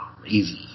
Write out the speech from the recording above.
crazy